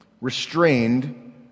restrained